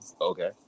okay